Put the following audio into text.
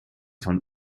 von